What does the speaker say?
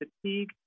fatigue